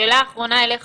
שאלה אחרונה אליך,